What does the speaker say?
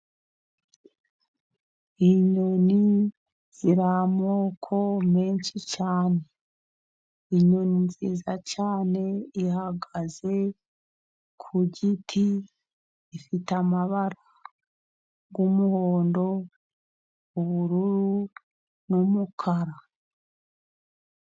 Inyoni ziri amoko menshi cyane. Inyoni nziza cyane ihagaze ku giti, ifite amabara y'umuhondo, ubururu n'umukara.